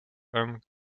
and